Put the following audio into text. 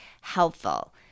helpful